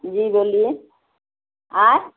जी बोलिए आँय